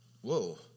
Whoa